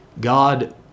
God